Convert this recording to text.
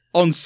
on